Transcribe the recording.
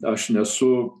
aš nesu